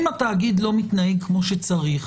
אם התאגיד לא מתנהג כמו שצריך